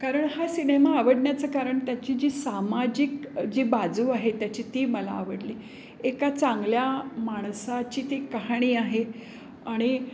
कारण हा सिनेमा आवडण्याचं कारण त्याची जी सामाजिक जी बाजू आहे त्याची ती मला आवडली एका चांगल्या माणसाची ती कहाणी आहे आणि